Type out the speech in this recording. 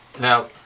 Now